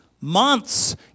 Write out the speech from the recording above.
months